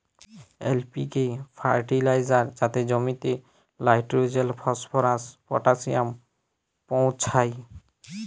LPK fertiliser যাতে জমিতে লাইট্রোজেল, ফসফরাস, পটাশিয়াম পৌঁছায়